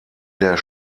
der